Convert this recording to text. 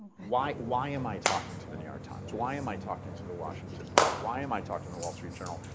why why am i talking to the new york times? why am i talking to the washington post? why am i talking to the wall street journal?